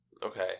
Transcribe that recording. Okay